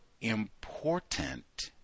important